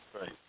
Right